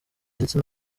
ndetse